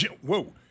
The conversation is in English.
Whoa